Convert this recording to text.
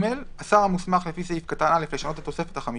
(ג)השר המוסמך לפי סעיף קטן (א) לשנות את התוספת החמישית,